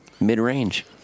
mid-range